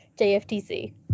jftc